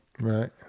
Right